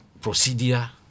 procedure